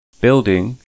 building